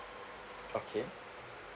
okay